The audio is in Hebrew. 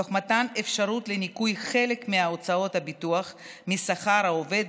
תוך מתן אפשרות לניכוי חלק מהוצאות הביטוח משכר העובד,